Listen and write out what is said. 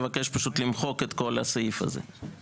לבקש פשוט למחוק את כל הסעיף הזה.